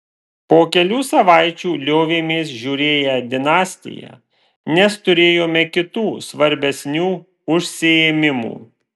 po kelių savaičių liovėmės žiūrėję dinastiją nes turėjome kitų svarbesnių užsiėmimų